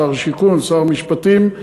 שר השיכון ושר המשפטים.